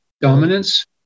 dominance